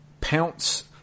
pounce